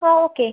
okay